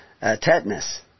tetanus